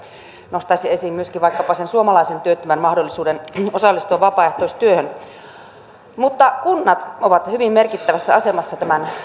nostaisi esiin myöskin vaikkapa sen suomalaisen työttömän mahdollisuuden osallistua vapaaehtoistyöhön kunnat ovat hyvin merkittävässä asemassa tämän